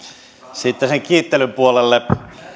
sitten sen kiittelyn puolelle